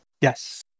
yes